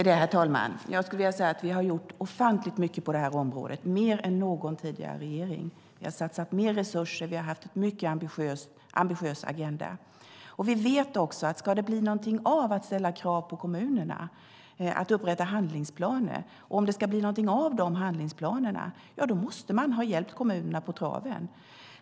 Herr talman! Jag skulle vilja säga att vi har gjort ofantligt mycket på det här området, mer än någon tidigare regering. Vi har satsat mer resurser, och vi har haft en mycket ambitiös agenda. Vi vet också att ska det bli någonting av att vi ställer krav på kommunerna att upprätta handlingsplaner och om det ska bli någonting av de handlingsplanerna, då måste man ha hjälpt kommunerna på traven.